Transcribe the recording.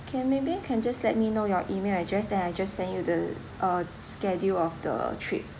can maybe you can just let me know your email address then I just send you the uh schedule of the trip